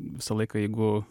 visą laiką jeigu